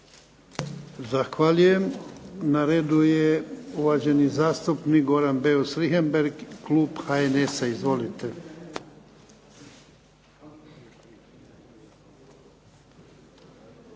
Zahvaljujem. Na redu je uvaženi zastupnik Goran Beus Richembergh, klub HNS-a. Izvolite.